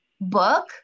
book